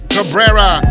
Cabrera